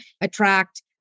attract